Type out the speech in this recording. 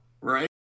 right